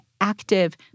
active